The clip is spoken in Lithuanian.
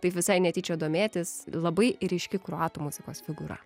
taip visai netyčia domėtis labai ryški kroatų muzikos figūra